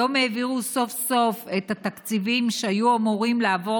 היום העבירו סוף-סוף את התקציבים שהיו אמורים לעבור